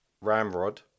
Ramrod